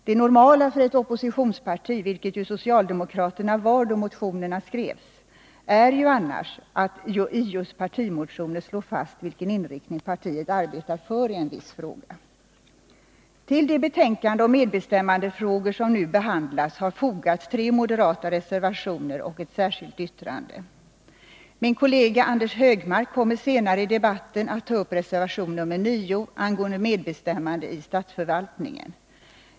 Det normala för ett oppositionsparti — vilket socialdemokraterna var då motionen skrevs — är ju annars att i just partimotioner slå fast vilken inriktning partiet arbetar för i en viss fråga. Till det betänkande om medbestämmandefrågor som nu behandlas har fogats tre moderata reservationer och ett särskilt yttrande. Min kollega Anders Högmark kommer senare i debatten att ta upp reservation 9 angående medbestämmande i statsförvaltningen.